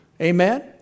Amen